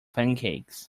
pancakes